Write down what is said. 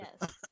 yes